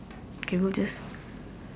okay we'll just